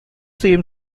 seem